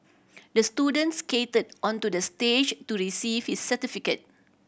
the student skated onto the stage to receive his certificate